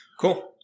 Cool